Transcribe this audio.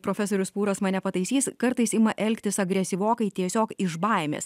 profesorius pūras mane pataisys kartais ima elgtis agresyvokai tiesiog iš baimės